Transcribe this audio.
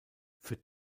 für